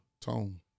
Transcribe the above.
Tone